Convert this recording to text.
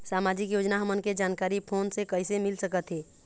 सामाजिक योजना हमन के जानकारी फोन से कइसे मिल सकत हे?